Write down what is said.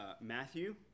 Matthew